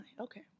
okay